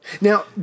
Now